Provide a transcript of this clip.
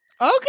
okay